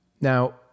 Now